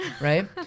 right